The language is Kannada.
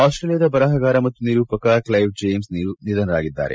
ಆಸ್ಟ್ರೇಲಿಯಾದ ಬರಹಗಾರ ಮತ್ತು ನಿರೂಪಕ ಕ್ಷೈವ್ ಜೀಮ್ನ್ ನಿಧನರಾಗಿದ್ದಾರೆ